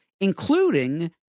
including